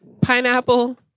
pineapple